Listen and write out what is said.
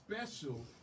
special